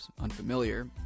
unfamiliar